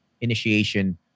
initiation